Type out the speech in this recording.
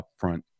upfront